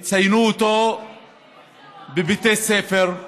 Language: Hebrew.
יציינו אותו בבתי ספר.